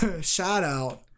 shout-out